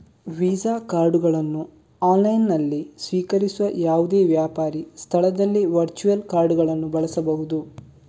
visa ಕಾರ್ಡುಗಳನ್ನು ಆನ್ಲೈನಿನಲ್ಲಿ ಸ್ವೀಕರಿಸುವ ಯಾವುದೇ ವ್ಯಾಪಾರಿ ಸ್ಥಳದಲ್ಲಿ ವರ್ಚುವಲ್ ಕಾರ್ಡುಗಳನ್ನು ಬಳಸಬಹುದು